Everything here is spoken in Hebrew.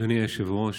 אדוני היושב-ראש,